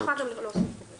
אני יכולה גם להוסיף את זה.